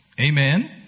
Amen